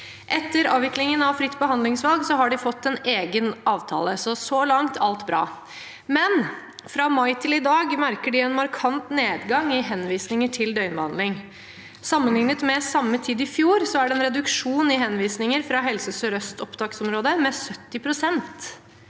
Etter avviklingen av fritt behandlingsvalg har de fått en egen avtale – så langt, alt bra – men fra mai til i dag merker de en markant nedgang i henvisninger til døgnbehandling. Sammenlignet med samme tid i fjor er det en reduksjon i henvisninger fra opptaksområdet til Helse